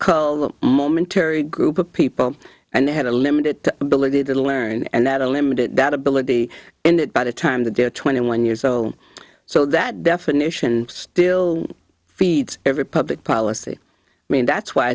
call them momentary group of people and they had a limited ability to learn and that are limited that ability and by the time that they're twenty one years old so that definition still feeds every public policy i mean that's why